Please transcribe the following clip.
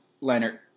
Leonard